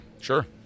Sure